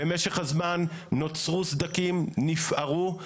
במשך הזמן נוצרו סדקים, נפרעו,